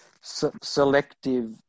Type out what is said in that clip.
selective